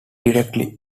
directly